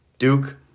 Duke